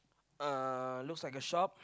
uh looks like a shop